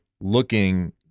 looking